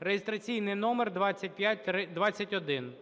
(реєстраційний номер 2521).